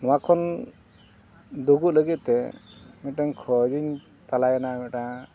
ᱱᱚᱣᱟ ᱠᱷᱚᱱ ᱫᱩᱜᱩᱜ ᱞᱟᱹᱜᱤᱫ ᱛᱮ ᱢᱤᱫᱴᱟᱝ ᱢᱤᱫᱴᱟᱝ